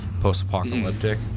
post-apocalyptic